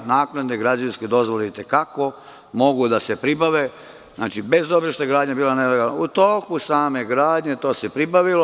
Naknadne građevinske dozvole i te kako mogu da se pribave, bez obzira što je gradnja bila nelegalna, u toku same gradnje to se pribavilo.